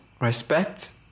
respect